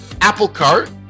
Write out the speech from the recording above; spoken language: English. Applecart